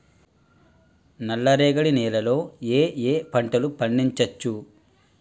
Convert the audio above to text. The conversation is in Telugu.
నల్లరేగడి నేల లో ఏ ఏ పంట లు పండించచ్చు?